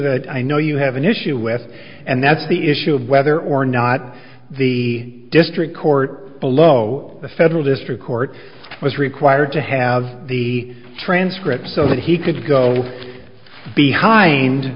that i know you have an issue with and that's the issue of whether or not the district court below the federal district court was required to have the transcript so that he could go behind